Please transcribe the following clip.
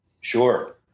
Sure